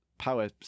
power